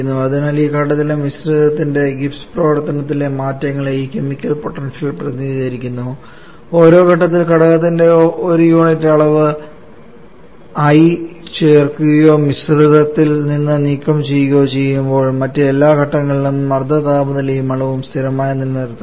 അതിനാൽ ഈ ഘട്ടത്തിലെ മിശ്രിതത്തിന്റെ ഗിബ്സ് പ്രവർത്തനത്തിലെ മാറ്റങ്ങളെ ഈ കെമിക്കൽ പൊട്ടൻഷ്യൽ പ്രതിനിധീകരിക്കുന്നു ഒരേ ഘട്ടത്തിൽ ഘടകത്തിന്റെ ഒരു യൂണിറ്റ് അളവ് i ചേർക്കുകയോ മിശ്രിതത്തിൽ നിന്ന് നീക്കം ചെയ്യുകയോ ചെയ്യുമ്പോൾ മറ്റ് എല്ലാ ഘട്ടങ്ങളുടെയും മർദ്ദ താപനിലയും അളവും സ്ഥിരമായി നിലനിർത്തുന്നു